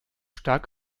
stark